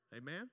Amen